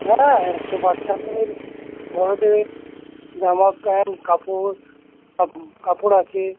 হ্যাঁ হ্যাঁ বাচ্চাদের বড়দের জামা প্যান্ট কাপড় কাপ কাপড় আছে